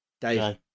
Dave